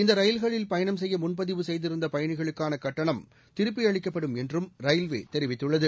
இந்த ரயில்களில் பயணம் செய்ய முன்பதிவு செய்திருந்த பயணிகளுக்கான கட்டணம் திருப்பியளிக்கப்படும் என்றும் ரயில்வே தெரிவித்துள்ளது